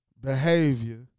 behavior